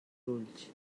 ulls